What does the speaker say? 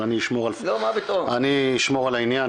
אבל אני אשמור על העניין,